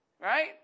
right